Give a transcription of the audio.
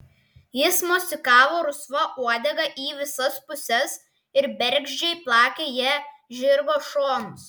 jis mosikavo rusva uodega į visas puses ir bergždžiai plakė ja žirgo šonus